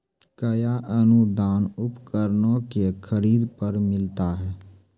कया अनुदान उपकरणों के खरीद पर मिलता है?